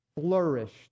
flourished